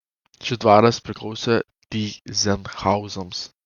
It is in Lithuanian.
šis dvaras priklausė tyzenhauzams